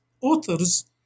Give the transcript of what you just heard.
authors